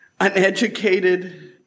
uneducated